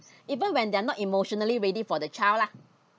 even when they're not emotionally ready for the child lah